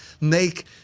make